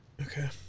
Okay